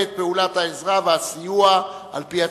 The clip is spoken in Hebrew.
את פעולת העזרה והסיוע על-פי הצרכים.